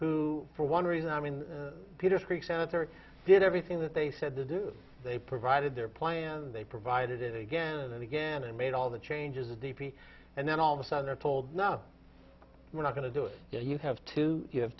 who for one reason i mean peter sprigg senator did everything that they said to do they provided their plan they provided it again and again and made all the changes the d p and then all of a sudden they're told no we're not going to do it you have to you have